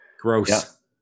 gross